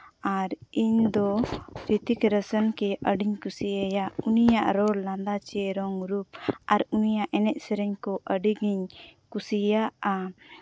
ᱟᱨ ᱤᱧ ᱫᱚ ᱨᱤᱛᱛᱤᱠ ᱨᱮᱥᱚᱱ ᱜᱮ ᱟᱹᱰᱤᱧ ᱠᱩᱥᱤᱭᱟᱭᱟ ᱩᱱᱤᱭᱟᱜ ᱨᱚᱲ ᱞᱟᱸᱫᱟ ᱪᱮ ᱨᱚᱝ ᱨᱩᱯ ᱟᱨ ᱩᱱᱤᱭᱟᱜ ᱥᱮᱱᱮᱡ ᱥᱮᱨᱮᱧ ᱠᱚ ᱟᱹᱰᱤ ᱜᱮᱧ ᱠᱩᱥᱤᱭᱟᱜᱼᱟ